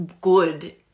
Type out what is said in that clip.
good